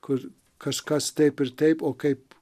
kur kažkas taip ir taip o kaip